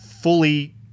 fully